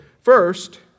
First